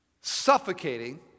suffocating